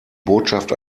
botschaft